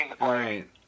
Right